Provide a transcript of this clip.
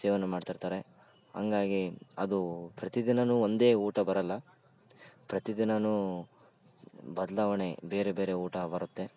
ಸೇವನೆ ಮಾಡ್ತಿರ್ತಾರೆ ಹಂಗಾಗಿ ಅದು ಪ್ರತಿದಿನ ಒಂದೇ ಊಟ ಬರೋಲ್ಲ ಪ್ರತಿ ದಿನ ಬದಲಾವಣೆ ಬೇರೆ ಬೇರೆ ಊಟ ಬರುತ್ತೆ